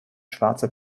schwarzer